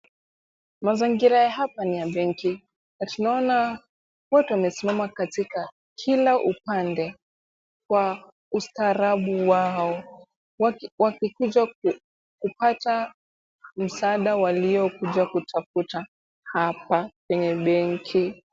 Mazingira ya hapa ni ya benki na tunaona watu wamesimama katika kila upande wa ustaarabu wao, wakikuja kupata msaada waliokuja kutafuta hapa kwenye benki.